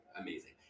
amazing